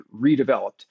redeveloped